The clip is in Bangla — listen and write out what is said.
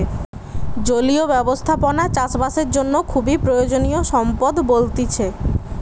জলীয় ব্যবস্থাপনা চাষ বাসের জন্য খুবই প্রয়োজনীয় সম্পদ বলতিছে